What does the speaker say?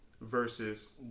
Versus